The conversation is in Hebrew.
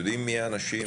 יודעים מי האנשים?